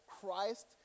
Christ